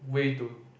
way to